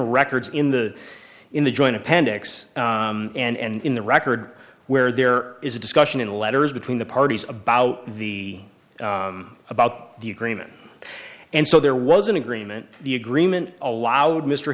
records in the in the joint appendix and in the record where there is a discussion in letters between the parties about the about the agreement and so there was an agreement the agreement allowed mr